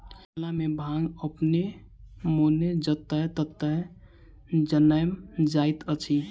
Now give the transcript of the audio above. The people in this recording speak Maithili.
मिथिला मे भांग अपने मोने जतय ततय जनैम जाइत अछि